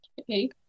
Okay